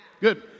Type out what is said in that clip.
Good